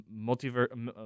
Multiverse